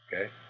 Okay